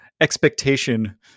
expectation